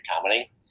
comedy